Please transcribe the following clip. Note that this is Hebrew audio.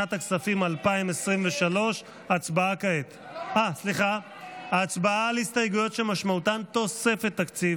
לשנת הכספים 2023. הצבעה על הסתייגויות שמשמעותן תוספת תקציב,